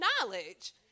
knowledge